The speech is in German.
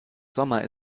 sommer